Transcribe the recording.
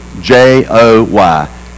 J-O-Y